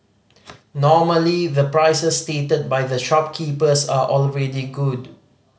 normally the prices stated by the shopkeepers are already good